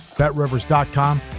BetRivers.com